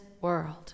world